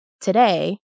today